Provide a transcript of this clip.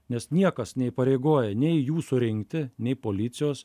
nes niekas neįpareigoja nei jų surinkti nei policijos